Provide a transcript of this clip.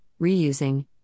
reusing